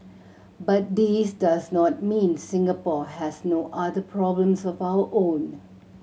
but this does not mean Singapore has no other problems of our own